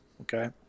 okay